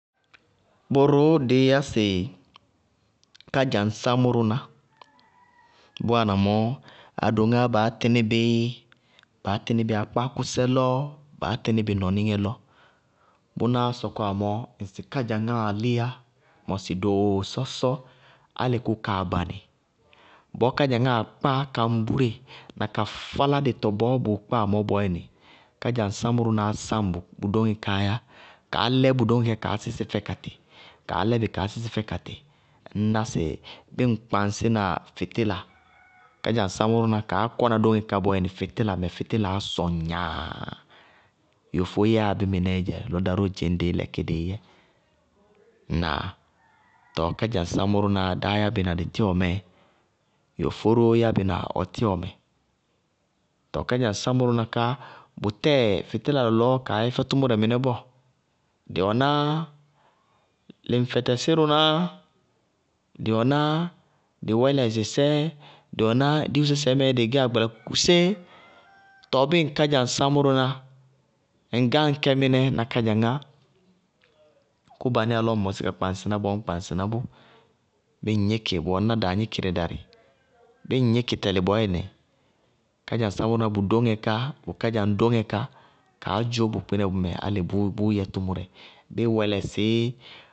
Bʋrʋʋ dɩí yá sɩ kádzaŋsaámʋná, adoŋáá baá tɩní bɩ, baá tɩní bɩ aákpáákʋsɛ lɔ, baá tɩní bɩ nɔníŋɛ lɔ bʋná sɔkɔwá mɔɔ, ŋsɩ kádzaŋáá líyá doo sɔsɔ álɩ kʋ kaa banɩ bɔɔ kádzaŋáá kpáa ka ŋbúre na ka fáládɩtɔ bɔɔ bʋʋ kpáa mɔɔ bɔɔyɛnɩ, kádzaŋsaámʋnáá sáŋ bʋ dóŋɛ káá yá, kaá lɛ bʋ dóŋɛ kaá sísɩ fɛ katɩ, kaá lɛ bɩ kaá sísɩ fɛ katɩ, ŋñná sɩ bíɩ ŋ kpaŋsína fɩtíla, kádzaŋsaámʋná ká bɔɔyɛnɩ kaá kɔna dóŋɛ ká bɔɔyɛnɩ fɩtílamɛ fɩtɩlaá sɔŋ gnaaa. yofó yáa bí mɩnɛɛ dzɛ lɔ dá ró dzɩñ dɩí lɛkí sɩí yɛ, tɔɔ kádzaŋsaámʋná dáá yá bɩ na dɩ tíwɔ mɛ. Yofó róó yá bɩ na ɔ tíwɔ mɛ. Tɔɔ kádzaŋsaámʋná ká, bʋtɛɛ fɩtɩla lɔlɔɔ kaá yɛ fɛ tʋmʋrɛ mɩnɛ bɔɔ, dɩwɛná lɩŋfɛtɛsírʋná, dɩwɛná dɩ wɛlɛɛsɩsɛ, dɩwɛná dɩ díwú sɛ sɛɛ mɛɛ dɩɩ gɛyá agbalakukusɛ, tɔɔ bíɩ kádzaŋsaámʋná, ŋ gáŋ kɛ mɩnɛ na kádzaŋá, kʋ baníyá, lɔ ŋ mɔsí ka kɩaŋsɩná bɔɔ ññ kɩaŋsɩná bʋ, bíɩ ŋ gníkɩ bʋ wɛná daagníkɩdɛ darɩ, bíɩ ŋ gníkɩ tɛlɩ bɔɔɔyɛnɩ, kádzaŋsaámʋná ká bʋ dóŋɛ ká bʋ kádzaŋdóŋɛ ká kaá dzʋ bʋ kpínɛ bʋ mɛ álɩ bʋ yɛ tʋmʋrɛ, bíɩ wɛlɛɛsɩí.